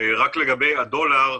רק לגבי הדולר,